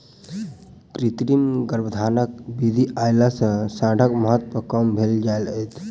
कृत्रिम गर्भाधानक विधि अयला सॅ साँढ़क महत्त्व कम भेल जा रहल छै